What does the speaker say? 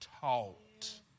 taught